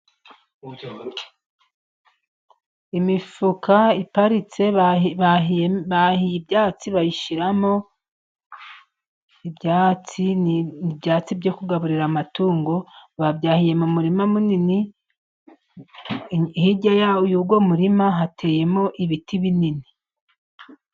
Imifuka iparitse, bahiye ibyatsi bayishyiramo, ibyatsi, ni ibyatsi byo kugaburira amatungo babyahiye mu murima munini, hirya y'uwo muririma, hateyemo ibiti binini.